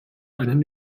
einen